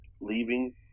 leaving